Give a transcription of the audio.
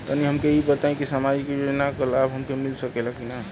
तनि हमके इ बताईं की सामाजिक योजना क लाभ हमके मिल सकेला की ना?